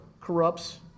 corrupts